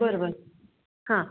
बरं बरं हां